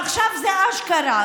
עכשיו זה אשכרה,